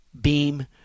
beam